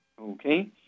Okay